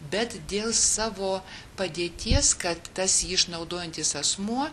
bet dėl savo padėties kad tas jį išnaudojantis asmuo